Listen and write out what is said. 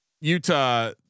Utah